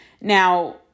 Now